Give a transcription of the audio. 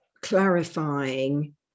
clarifying